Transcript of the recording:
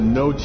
no